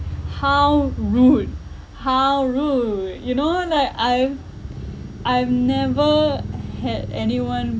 how rude how rude you know like I've I've never had anyone